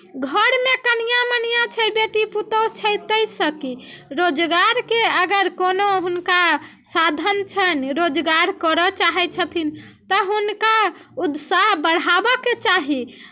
घरमे कनिआँ मनिआँ छै बेटी पुतहु छै ताहिसँ कि रोजगारके अगर कोनो हुनका साधन छनि रोजगार करय चाहै छथिन तऽ हुनका उत्साह बढ़ाबयके चाही